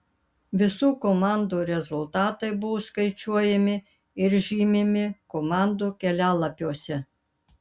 visų komandų rezultatai buvo skaičiuojami ir žymimi komandų kelialapiuose